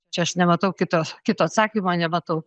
čia aš nematau kito kito atsakymo nematau